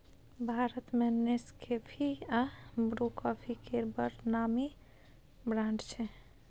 भारत मे नेसकेफी आ Bru coffee केर बड़ नामी ब्रांड छै